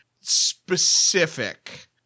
specific